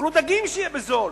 שיאכלו דגים בזול.